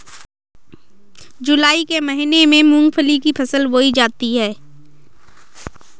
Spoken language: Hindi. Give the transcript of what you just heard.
जूलाई के महीने में मूंगफली की फसल बोई जाती है